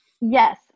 Yes